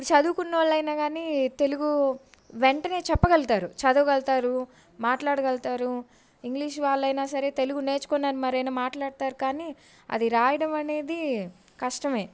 ఇప్పుడు చదువుకునొళ్ళైనా కానీ తెలుగు వెంటనే చెప్పాగల్తారు చదవగల్తారు మాట్లాడగల్తారు ఇంగ్షీషు వాళ్ళైనా సరే తెలుగు నేర్చుకునైన మరైనా మాట్లాడతారు కానీ అది రాయడమనేది కష్టమే